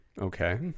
Okay